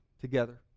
together